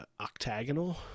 octagonal